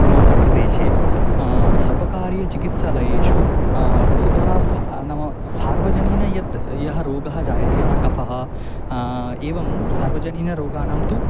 मम प्रदेशे सर्वकार्यचिकित्सालयेषु वस्तुतः स नाम सार्वजनीनं यत् यः रोगः जायते यथा कफः एवं सार्वजनीनरोगानां तु